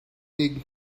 gain